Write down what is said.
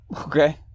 Okay